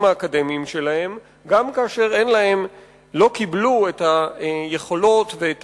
האקדמיים שלהם גם כאשר לא קיבלו את היכולות ואת